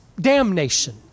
damnation